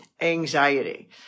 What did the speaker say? anxiety